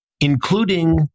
including